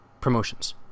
promotions